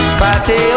party